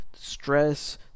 stress